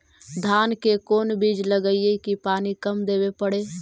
धान के कोन बिज लगईऐ कि पानी कम देवे पड़े?